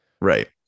Right